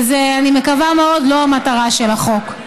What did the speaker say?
ואני מקווה מאוד שזו לא המטרה של החוק.